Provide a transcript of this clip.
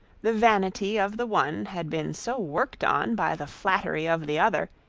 the vanity of the one had been so worked on by the flattery of the other,